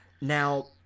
Now